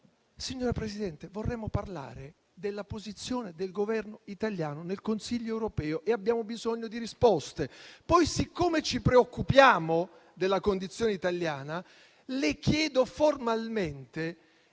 Signora Presidente del Consiglio, vorremmo parlare della posizione del Governo italiano nel Consiglio europeo e abbiamo bisogno di risposte. Siccome ci preoccupiamo della condizione italiana, le chiedo formalmente